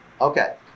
Okay